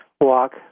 walk